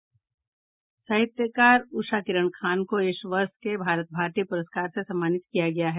साहित्कार उषा किरण खान को इस वर्ष के भारत भारती पूरस्कार से सम्मानित किया गया है